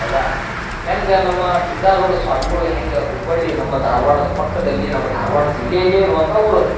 ಹೌದಾ ಹೆಂಗೆ ನಮ್ಮ ಸಿದ್ಧಾರೂಢ ಸ್ವಾಮಿಗಳು ಹೆಂಗೆ ಹುಬ್ಬಳ್ಳಿ ನಮ್ಮ ಧಾರ್ವಾಡದ ಪಕ್ಕದಲ್ಲಿ ನಮ್ಮ ಧಾರ್ವಾಡ ಜಿಲ್ಲೆಯಲ್ಲಿಯೇ ಇರುವಂಥ ಊರು ಅದು